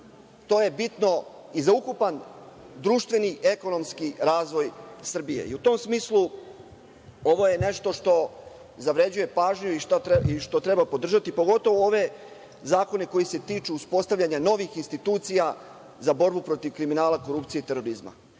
to je bitno i za ukupan društveni ekonomski razvoj Srbije. U tom smislu, ovo je nešto što zavređuje pažnju i što treba podržati, pogotovo ove zakone koji se tiču uspostavljanja novih institucija za borbu protiv kriminala, korupcije i terorizma. Mislim